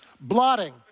blotting